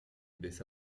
baissa